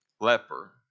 leper